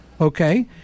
Okay